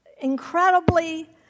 incredibly